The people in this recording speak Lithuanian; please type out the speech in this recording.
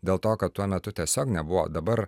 dėl to kad tuo metu tiesiog nebuvo dabar